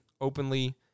openly